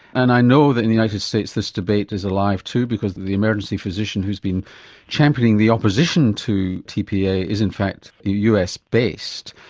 and i know that in the united states this debate is alive too, because the emergency physician who has been championing the opposition to tpa is in fact us based.